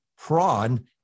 prawn